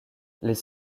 les